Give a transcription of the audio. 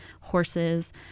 horses